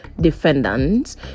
defendants